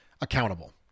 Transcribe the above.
accountable